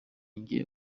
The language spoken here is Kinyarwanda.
njye